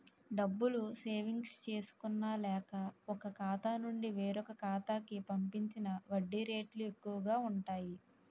డబ్బులు సేవింగ్స్ చేసుకున్న లేక, ఒక ఖాతా నుండి వేరొక ఖాతా కి పంపించిన వడ్డీ రేట్లు ఎక్కువు గా ఉంటాయి